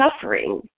suffering